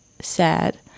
sad